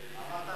אמרת